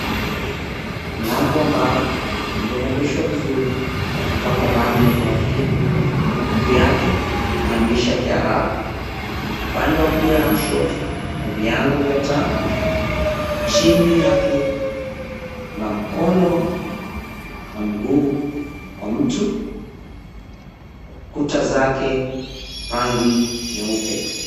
Mlango wa mbao uliorebeshwa vizuri na kupakwa rangi ya kahawia juu yake maandishi ya kiarabu .Upande wa kulia na kushoto kuna vigango vya taa, chini yake kuna mkono na mguu wa mtu, kuta zake rangi nyeupe.